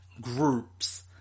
groups